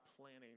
planning